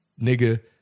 nigga